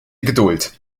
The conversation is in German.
geduld